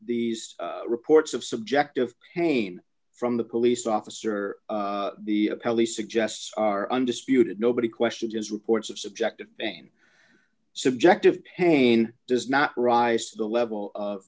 these reports of subjective pain from the police officer the police suggests are undisputed nobody questions his reports of subjective pain subjective pain does not rise to the level of